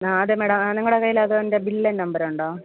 ആ അതെ മാഡം ആ നിങ്ങളെ കയ്യിൽ അതിൻ്റെ ബില്ലിങ്ങ് നമ്പറുണ്ടോ